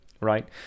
right